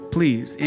Please